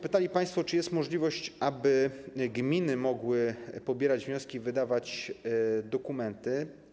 Pytali państwo, czy jest możliwość, aby gminy mogły pobierać wnioski i wydawać dokumenty.